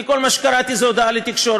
כי כל מה שקראתי זאת הודעה לתקשורת,